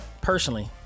personally